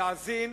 להאזין,